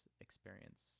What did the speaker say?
experience